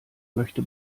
möchte